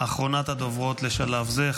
אחרונת הדוברות לשלב זה,